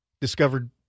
discovered